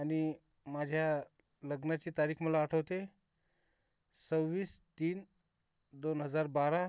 आणि माझ्या लग्नाची तारीख मला आठवते सव्वीस तीन दोन हजार बारा